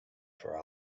for